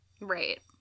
Right